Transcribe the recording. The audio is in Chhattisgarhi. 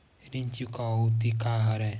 ऋण चुकौती का हरय?